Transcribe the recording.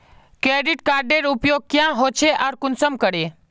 Credit कार्डेर उपयोग क्याँ होचे आर कुंसम करे?